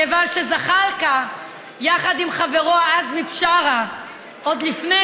כיוון שזחאלקה וחברו עזמי בשארה, עוד לפני